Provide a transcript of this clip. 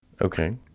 Okay